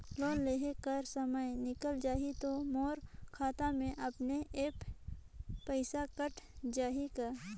Loan देहे कर समय निकल जाही तो मोर खाता से अपने एप्प पइसा कट जाही का?